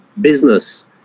business